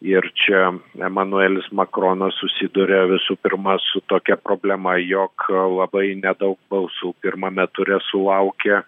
ir čia emanuelis makronas susiduria visų pirma su tokia problema jog labai nedaug balsų pirmame ture sulaukė